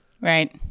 right